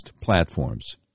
platforms